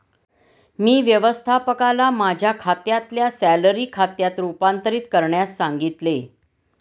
मी व्यवस्थापकाला माझ्या खात्याला सॅलरी खात्यात रूपांतरित करण्यास सांगितले